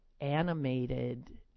animated